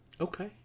Okay